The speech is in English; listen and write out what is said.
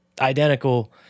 identical